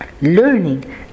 Learning